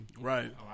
Right